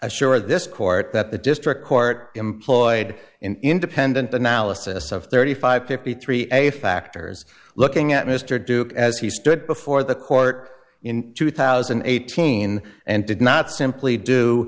assure this court that the district court employed independent analysis of thirty five fifty three a factors looking at mr duke as he stood before the court in two thousand and eighteen and did not simply do